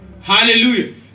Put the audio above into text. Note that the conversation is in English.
Hallelujah